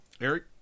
Eric